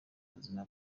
ubuzima